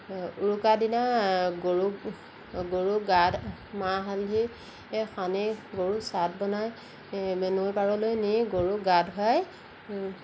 উৰুকা দিনা গৰুক গৰুক গাত মাহ হালধি সানি গৰুৰ চাট বনাই নৈ পাৰলৈ নি গৰুক গা ধোৱাই